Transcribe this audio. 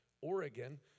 Oregon